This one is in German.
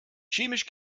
chemisch